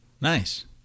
Nice